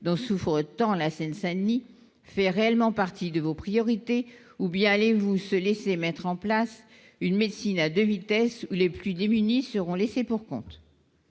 dont souffrent tant la Seine-Saint-Denis fait réellement partie de vos priorités, ou bien allez-vous se laisser mettre en place une médecine à 2 vitesses, les plus démunis seront laissés-pour-compte.